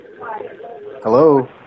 Hello